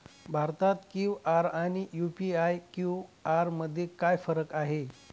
Bharat QR आणि UPI QR मध्ये काय फरक आहे?